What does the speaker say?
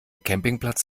campingplatz